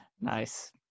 Nice